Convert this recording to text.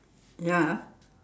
ya